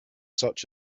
such